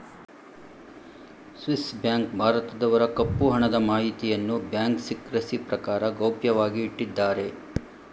Swiss bank ಭಾರತದವರ ಕಪ್ಪು ಹಣದ ಮಾಹಿತಿಯನ್ನು ಬ್ಯಾಂಕ್ ಸಿಕ್ರೆಸಿ ಪ್ರಕಾರ ಗೌಪ್ಯವಾಗಿ ಇಟ್ಟಿದ್ದಾರೆ